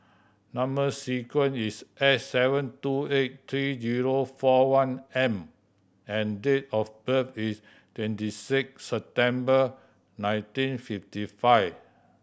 number sequence is S seven two eight three zero four one M and date of birth is twenty six September nineteen fifty five